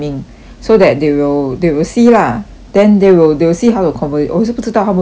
so that they will they will see lah then they will they will see how your conver~ 我也是不知道他们会不会 match lah